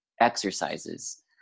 exercises